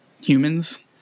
humans